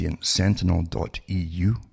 Sentinel.eu